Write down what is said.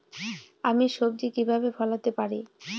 আমি সবজি কিভাবে ফলাতে পারি?